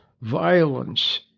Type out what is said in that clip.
violence